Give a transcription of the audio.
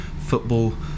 football